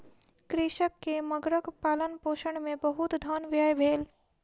कृषक के मगरक पालनपोषण मे बहुत धन व्यय भेल